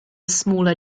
smaller